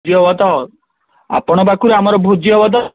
ପ୍ରିୟବତ ଆପଣ ପାଖରୁ ଆମର ଭୋଜି ହେବ ତ